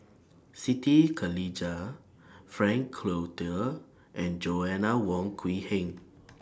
Siti Khalijah Frank Cloutier and Joanna Wong Quee Heng